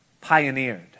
pioneered